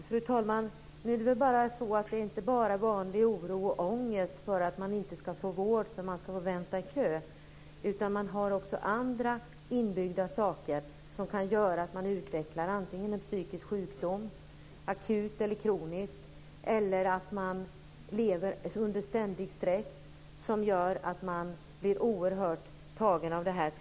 Fru talman! Nu handlar det inte bara om vanlig oro och ångest för att man inte ska vård därför att man får stå i kö. Man har också andra inbyggda saker som kan göra att man utvecklar antingen en psykisk sjukdom, akut eller kronisk, eller att man lever under ständig stress som gör att man blir oerhört tagen av detta.